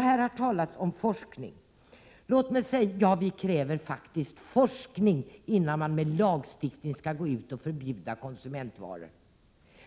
Här har talats om forskning. Ja, vi kräver faktiskt forskning innan man med lagstiftning skall förbjuda konsumentvaror.